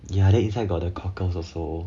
ya then inside got the cockles also